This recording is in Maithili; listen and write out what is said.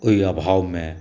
ओहि अभावमे